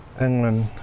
England